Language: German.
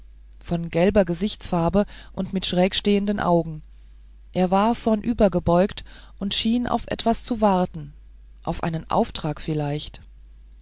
von gelber gesichtsfarbe und mit schrägstehenden augen er war vornüber gebeugt und schien auf etwas zu warten auf einen auftrag vielleicht